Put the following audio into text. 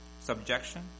subjection